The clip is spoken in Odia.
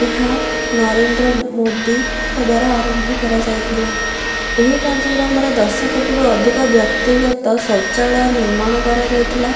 ଏହା ନରେନ୍ଦ୍ର ମୋଦିଙ୍କ ଦ୍ୱାରା ଆରମ୍ଭ କରାଯାଇଥିଲା ଏହି କାର୍ଯ୍ୟକ୍ରମରେ ଦଶକୋଟିରୁ ଅଧିକ ବ୍ୟକ୍ତିଗତ ଶୌଚାଳୟ ନିର୍ମାଣ କରାଯାଇଥିଲା